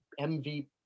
MVP